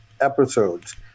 episodes